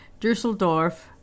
Düsseldorf